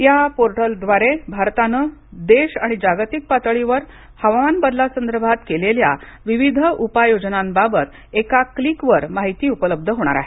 या पोर्टलद्वारे भारताने देश आणि जागतिक पातळीवर हवामाना बदलांसंदर्भात केलेल्या विविध उपाय योजनाबाबत एका क्लिकवर माहिती उपलब्ध होणार आहे